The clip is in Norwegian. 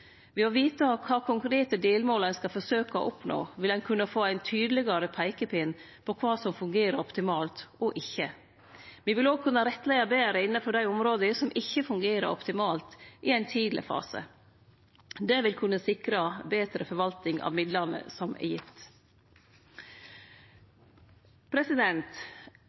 Ved å vite kva konkrete delmål ein skal forsøke å oppnå vil ein kunne få ein tydelegare peikepinn på kva som fungerer optimalt og ikkje. Me vil òg kunne rettleie betre innanfor dei områda som ikkje fungerer optimalt, i ein tidleg fase. Det vil kunne sikre betre forvalting av midlane som vert gitt.